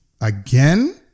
again